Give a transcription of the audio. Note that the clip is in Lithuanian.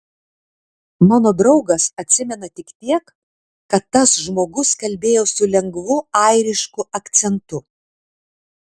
mano draugas atsimena tik tiek kad tas žmogus kalbėjo su lengvu airišku akcentu